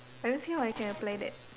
I don't see how I can apply that